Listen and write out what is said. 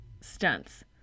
stunts